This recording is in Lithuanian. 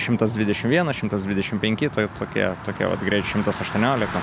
šimtas dvidešim vienas šimtas dvidešim penki tai tokie tokie vat greit šimtas aštuoniolika